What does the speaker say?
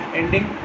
ending